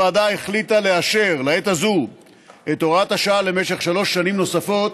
הוועדה החליטה לאשר לעת הזאת את הוראת השעה למשך שלוש שנים נוספות,